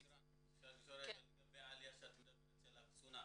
שירה, לגבי העלייה שאת מדברת של הקצונה,